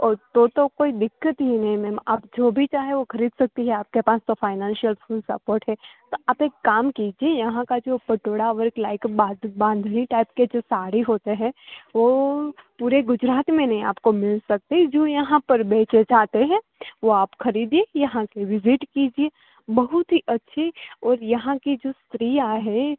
ઓર તો તો કોઈ દિક્કત હી નહીં મેમ આપ જો ભી ચાહે વો ખરીદ સકતી હૈ આપકે પાસ તો ફાઈનાન્સિયલ ફૂલ સપોર્ટ હૈ તો આપ એક કામ કીજીયે યહાં કા જો પટોળાં વર્ક લાઇક બાંધણી ટાઈપ કે જો સાડી હોતે હે વો પૂરે ગુજરાત મેં નહીં આપકો મીલ સકતે જો યહાં પર બેચે જાતે હે વો આપ ખરીદીએ યહાં કે વિઝિટ કીજીયે બહુત હી અચ્છી ઓર યહાં કી જો સ્ત્રીયાં હે